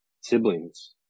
siblings